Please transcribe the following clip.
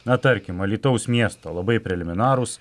na tarkim alytaus miesto labai preliminarūs